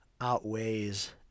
outweighs